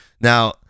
Now